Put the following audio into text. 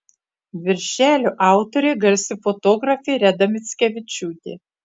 viršelio autorė garsi fotografė reda mickevičiūtė